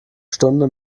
stunde